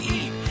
eat